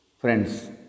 Friends